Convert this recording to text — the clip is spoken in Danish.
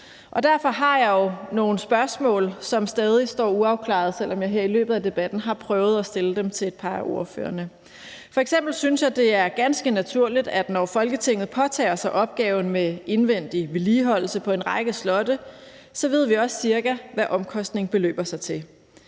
Derfor har jeg nogle spørgsmål, som stadig står uafklarede, selv om jeg her i løbet af debatten har prøvet at stille dem til et par af ordførerne. F.eks. synes jeg, det er ganske naturligt, at når Folketinget påtager sig opgaven med indvendig vedligeholdelse af en række slotte, ved vi også cirka, hvad omkostningen beløber sig til.